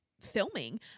filming